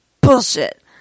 bullshit